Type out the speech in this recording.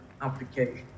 application